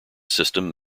system